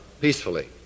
peacefully